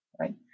right